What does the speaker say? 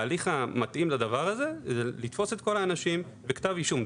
ההליך המתאים לדבר הזה זה לתפוס את כל האנשים וכתב אישום.